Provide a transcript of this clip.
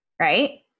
right